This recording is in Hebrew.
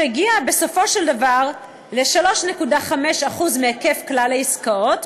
שהגיעה בסופו של דבר ל-3.5% מהיקף כלל העסקאות,